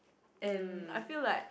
and I feel like